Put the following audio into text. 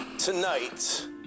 Tonight